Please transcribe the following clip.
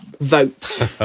vote